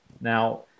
Now